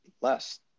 less